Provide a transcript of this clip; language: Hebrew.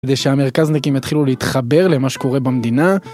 כדי שהמרכזניקים יתחילו להתחבר למה שקורה במדינה.